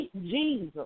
Jesus